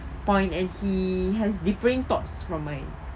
point and he has differing thoughts from mine